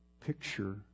picture